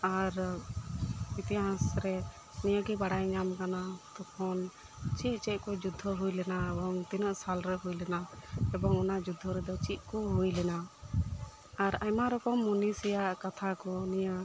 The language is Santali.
ᱟᱨ ᱤᱛᱤᱦᱟᱥ ᱨᱮ ᱱᱤᱭᱟᱹᱜᱮ ᱵᱟᱲᱟᱭ ᱧᱟᱧᱢ ᱟᱠᱟᱱᱟ ᱛᱚᱠᱷᱚᱱ ᱪᱮᱫ ᱪᱮᱫ ᱠᱚ ᱡᱩᱫᱽᱫᱷᱚ ᱦᱩᱭ ᱞᱮᱱᱟ ᱮᱵᱚᱝ ᱛᱤᱱᱟᱹᱜ ᱥᱟᱞ ᱨᱮ ᱦᱩᱭ ᱞᱮᱱᱟ ᱮᱵᱚᱝ ᱚᱱᱟ ᱡᱩᱫᱽᱫᱷᱚ ᱨᱮᱫᱚ ᱪᱮᱜ ᱠᱚ ᱦᱩᱭ ᱞᱮᱱᱟ ᱟᱨ ᱟᱭᱢᱟ ᱨᱚᱠᱚᱢ ᱢᱩᱱᱤᱥᱤᱭᱟᱜ ᱠᱟᱛᱷᱟ ᱠᱚ ᱱᱚᱣᱟ